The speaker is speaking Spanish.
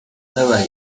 nueva